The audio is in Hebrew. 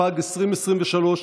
התשפ"ג 2023,